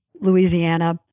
Louisiana